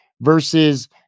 versus –